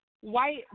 white